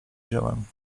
wziąłem